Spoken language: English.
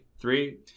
three